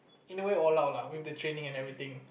in a way all out lah with the training and everything